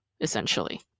essentially